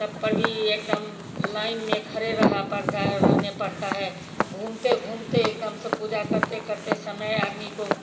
तब पर भी एकदम लाइन में खड़े रहा पड़ता है रहने पड़ता है घूमते घूमते एकदम से पूजा करते करते समय आदमी को